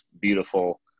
beautiful